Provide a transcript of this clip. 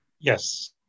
Yes